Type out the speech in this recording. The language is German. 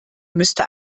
müsste